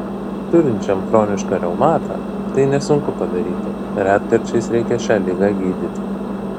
turinčiam chronišką reumatą tai nesunku padaryti retkarčiais reikia šią ligą gydyti